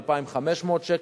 2,500 שקל.